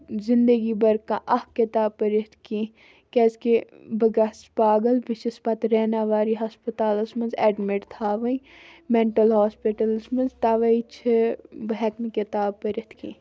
زِندگی بھر کانٛہہ اَکھ کِتاب پٔرِتھ کینٛہہ کیٛازِکہِ بہٕ گژھٕ پاگَل بہٕ چھَس پَتہٕ ریناواری ہَسپَتالَس منٛز اٮ۪ڈمِٹ تھاوٕنۍ مٮ۪نٹَل ہاسپِٹلَس منٛز تَوَے چھِ بہٕ ہٮ۪کہٕ نہٕ کِتاب پٔرِتھ کینٛہہ